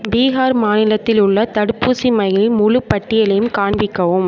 பீகார் மாநிலத்தில் உள்ள தடுப்பூசி மையில் முழுப் பட்டியலையும் காண்பிக்கவும்